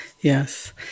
yes